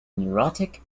neurotic